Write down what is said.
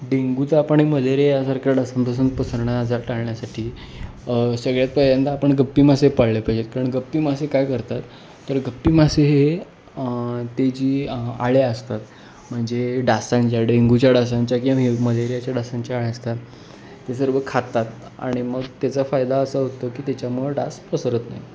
डेंगूचा आपण मलेरिया यासारख्या डासांपासून पसरणारे आजार टाळण्यासाठी सगळ्यात पहिल्यांदा आपण गप्पी मासे पाळले पाहिजेत कारण गप्पी मासे काय करतात तर गप्पी मासे हे ते जी अळ्या असतात म्हणजे डासांच्या डेंगूच्या डासांच्या किंवा हे मलेरियाच्या डासांच्या अळ्या असतात ते सर्व खातात आणि मग त्याचा फायदा असं होतो की त्याच्यामुळं डास पसरत नाही